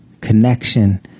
Connection